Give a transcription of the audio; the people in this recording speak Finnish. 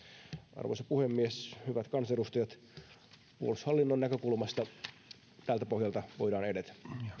arvoisa puhemies hyvät kansanedustajat puolustushallinnon näkökulmasta tältä pohjalta voidaan edetä